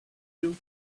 you